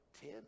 ten